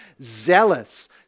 Zealous